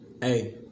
Hey